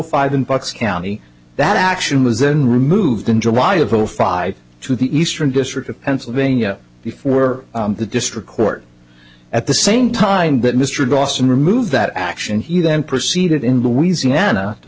five in bucks county that action was then removed in july of zero five to the eastern district of pennsylvania before the district court at the same time that mr dawson removed that action he then proceeded in louisiana to